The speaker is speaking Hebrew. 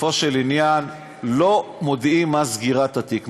בסופו של עניין לא מודיעים על מה סגירת התיק,